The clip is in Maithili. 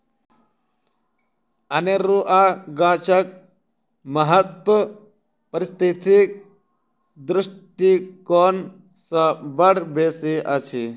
अनेरुआ गाछक महत्व पारिस्थितिक दृष्टिकोण सँ बड़ बेसी अछि